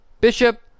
Bishop